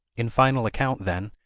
in final account, then,